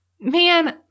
man